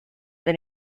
than